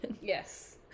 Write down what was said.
Yes